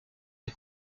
des